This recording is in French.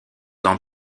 ans